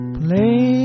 play